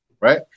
right